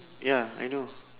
ya I know